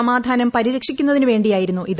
സമാധാനം പരിരക്ഷിക്കുന്നതിനുവേണ്ടിയായിരുന്നു ഇത്